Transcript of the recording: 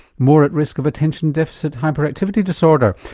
more at risk of attention deficit hyperactivity disorder?